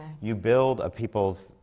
you build peoples,